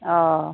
অঁ